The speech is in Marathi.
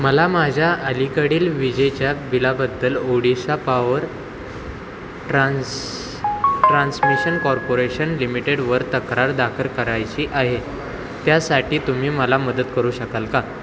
मला माझ्या अलीकडील विजेच्या बिलाबद्दल Odisha power trans transmission corporation लिमिटेडवर तक्रार दाखल करायची आहे त्यासाठी तुम्ही मला मदत करू शकाल का